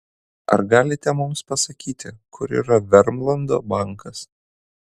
ar galite mums pasakyti kur yra vermlando bankas